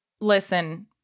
listen—